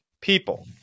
people